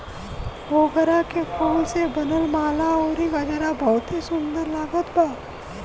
मोगरा के फूल से बनल माला अउरी गजरा बहुते सुन्दर लागत बा